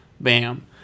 Bam